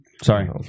Sorry